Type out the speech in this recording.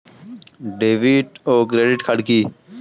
David ও credit card কি?